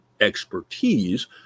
expertise